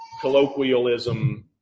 colloquialism